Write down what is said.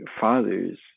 fathers